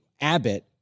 Abbott